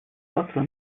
завтра